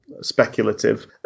speculative